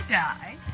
die